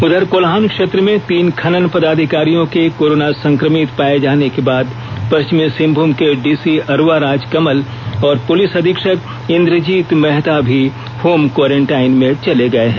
उधर कोल्हान क्षेत्र में तीन खनन पदाधिकारियों के कोरोना संक्रमित पाए जाने के बाद पष्चिमी सिंहभूम के डीसी अरवा राजकमल और पुलिस अधीक्षक इंद्रजीत महथा भी होम क्वारेंटाइन में चले गए हैं